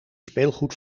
speelgoed